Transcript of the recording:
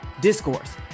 Discourse